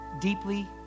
deeply